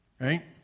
Right